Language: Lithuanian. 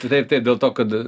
taip taip dėl to kad